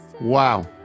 Wow